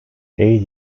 eight